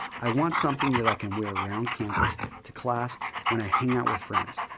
i want something that i can wear around campus to class when i hang out with friends.